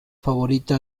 favorita